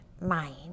mind